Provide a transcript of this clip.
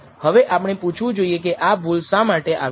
હવે આપણે પૂછવું જોઈએ કે આ ભૂલ શા માટે આવે છે